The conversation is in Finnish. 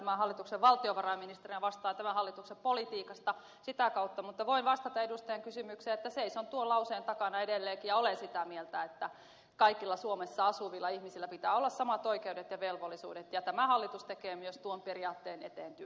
tämän hallituksen valtionvarainministerinä vastaan tämän hallituksen politiikasta sitä kautta mutta voin vastata edustajan kysymykseen että seison tuon lauseen takana edelleenkin ja olen sitä mieltä että kaikilla suomessa asuvilla ihmisillä pitää olla samat oikeudet ja velvollisuudet ja tämä hallitus tekee myös tuon periaatteen eteen työtä